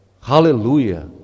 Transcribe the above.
hallelujah